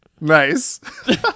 Nice